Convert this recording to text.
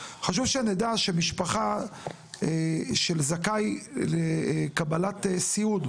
חשוב שנדע שמשפחה של זכאי לקבלת סיעוד,